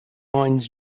winds